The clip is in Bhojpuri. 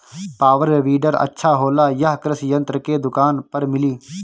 पॉवर वीडर अच्छा होला यह कृषि यंत्र के दुकान पर मिली?